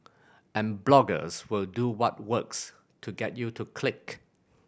and bloggers will do what works to get you to click